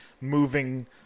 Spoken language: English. moving